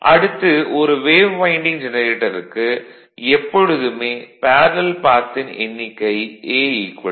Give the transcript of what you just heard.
அடுத்து ஒரு wave winding ஜெனரேட்டருக்கு எப்பொழுதுமே பேரலல் பாத் ன் எண்ணிக்கை A 2